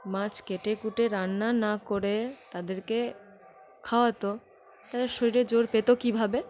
মাছ কেটে কুটে রান্না না করে তাদেরকে খাওয়াতো তারা শরীরে জোর পেত কীভাবে